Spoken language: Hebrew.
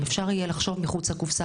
אם אפשר יהיה לחשוב מחוץ לקופסה,